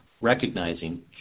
recognizing